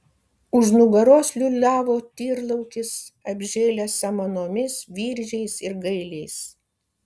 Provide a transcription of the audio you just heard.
už nugaros liūliavo tyrlaukis apžėlęs samanomis viržiais ir gailiais